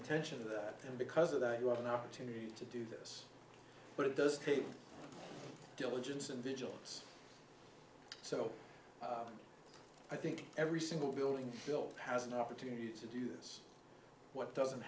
attention to that and because of that you have an opportunity to do this but it does take diligence and vigilance so i think every single building built has an opportunity to do this what doesn't